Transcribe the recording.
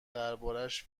دربارش